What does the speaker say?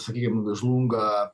sakykim žlunga